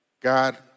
God